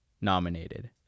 nominated